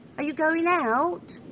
are you going out?